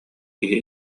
киһи